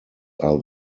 are